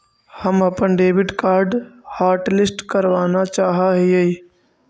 हम अपन debit card hotlist करावाना चाहा हियई